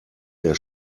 der